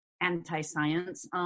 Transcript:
anti-science